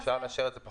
למיטב ידיעתי,